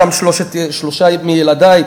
שם שלושה מילדי,